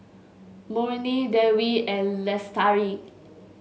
Murni Dewi and Lestari